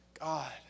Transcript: God